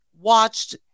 watched